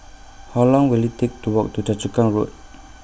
How Long Will IT Take to Walk to Choa Chu Kang Road